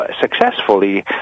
successfully